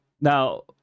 Now